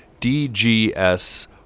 DGS